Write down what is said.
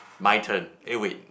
my turn eh wait